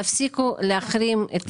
תפסיקו להחרים את ועדת הקליטה.